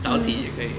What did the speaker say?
早起也可以